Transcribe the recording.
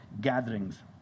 gatherings